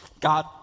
God